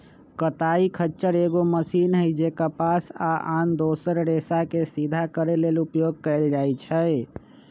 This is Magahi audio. कताइ खच्चर एगो मशीन हइ जे कपास आ आन दोसर रेशाके सिधा करे लेल उपयोग कएल जाइछइ